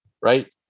Right